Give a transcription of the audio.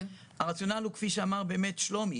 הרציונל הוא כפי שאמר שלומי.